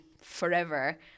forever